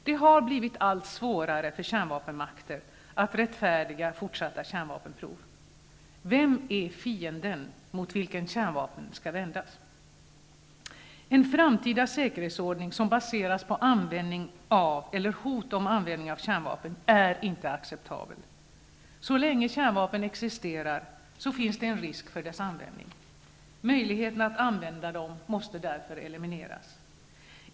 Det har blivit allt svårare för kärnvapenmakter att rättfärdiga fortsatta kärnvapenprov. Vem är fienden mot vilken kärnvapen skall vändas? En framtida säkerhetsordning som baseras på användning av eller hot om användning av kärnvapen är inte acceptabel. Så länge kärnvapen existerar finns en risk för dess användning. Möjligheten att använda dem måste därför elimineras.